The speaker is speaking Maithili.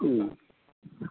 ह्म्म